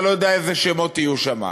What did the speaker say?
אתה לא יודע איזה שמות יהיו שם,